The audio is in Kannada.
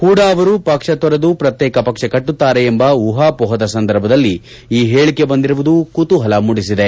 ಹೂಡಾ ಅವರು ಪಕ್ಷ ತೊರೆದು ಪ್ರತ್ಯೇಕ ಪಕ್ಷ ಕಟ್ಟುತ್ತಾರೆ ಎಂಬ ಉಹಾಪೋಹದ ಸಂದರ್ಭದಲ್ಲಿ ಈ ಹೇಳಿಕೆ ಬಂದಿರುವುದು ಕುತೂಹಲ ಮೂದಿಸಿದೆ